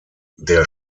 der